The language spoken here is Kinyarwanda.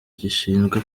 gishinzwe